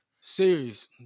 Serious